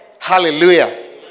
Hallelujah